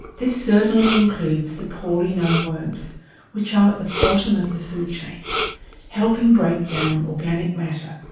this certainly includes the poorly known worms which are at the bottom of the food chain helping break down organic matter,